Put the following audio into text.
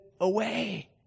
away